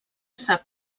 sap